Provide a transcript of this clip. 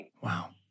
Wow